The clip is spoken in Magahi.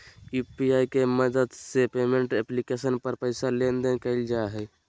यु.पी.आई के मदद से पेमेंट एप्लीकेशन पर पैसा लेन देन कइल जा हइ